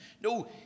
No